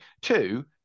two